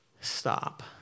stop